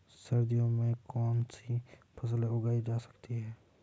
सर्दियों में कौनसी फसलें उगाई जा सकती हैं?